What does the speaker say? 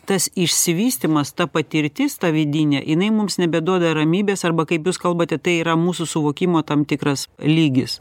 tas išsivystymas ta patirtis ta vidinė jinai mums nebeduoda ramybės arba kaip jūs kalbate tai yra mūsų suvokimo tam tikras lygis